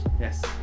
Yes